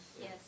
Yes